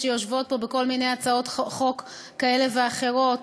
שיושבות פה בכל מיני הצעות חוק כאלה ואחרות,